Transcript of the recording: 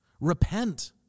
repent